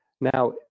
now